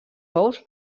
ous